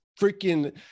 freaking